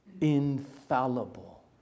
infallible